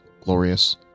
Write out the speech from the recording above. glorious